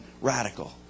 radical